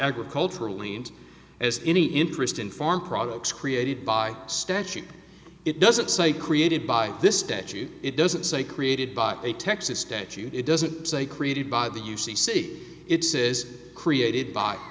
agriculturally and as any interest in foreign products created by statute it doesn't say created by this statute it doesn't say created by a texas statute it doesn't say created by the u c c it's is created by